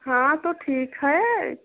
हाँ तो ठीक है